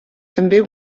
també